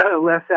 less